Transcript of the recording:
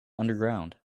underground